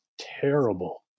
terrible